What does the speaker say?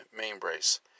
Mainbrace